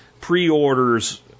pre-orders